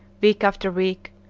week after week,